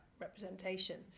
representation